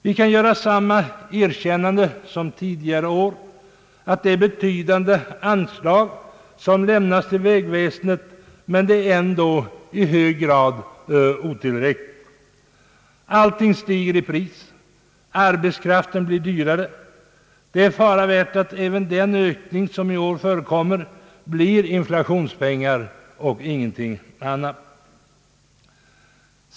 Vi kan göra samma erkännande som tidigare år, att det är betydande anslag som lämnas till vägväsendet, men det är ändå i hög grad otillräckligt. Allting stiger i pris. Arbetskraften blir dyrare. Det är fara värt att även den ökning som i år förekommer blir inflationspengar och ingenting annat.